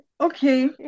Okay